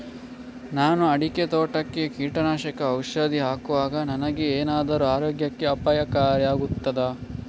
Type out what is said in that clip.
ನಾನು ಅಡಿಕೆ ತೋಟಕ್ಕೆ ಕೀಟನಾಶಕ ಔಷಧಿ ಹಾಕುವಾಗ ನನಗೆ ಏನಾದರೂ ಆರೋಗ್ಯಕ್ಕೆ ಅಪಾಯಕಾರಿ ಆಗುತ್ತದಾ?